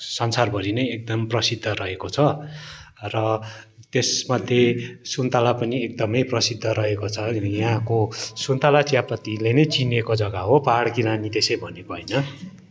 संसारभरि नै एकदम प्रसिद्ध रहेको छ र त्यसमध्ये सुन्ताला पनि एकदमै प्रसिद्ध रहेको छ यहाँको सुन्ताला चियापत्तीले नै चिनेको जग्गा हो पाहाडकी रानी त्यसै भनेको होइन